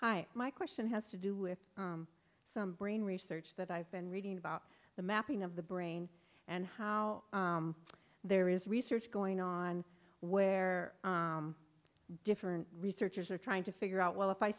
hi my question has to do with some brain research that i've been reading about the mapping of the brain and how there is research going on where different researchers are trying to figure out well if i